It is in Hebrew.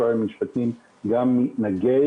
משרד המשפטים מתנגד